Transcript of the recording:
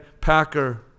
Packer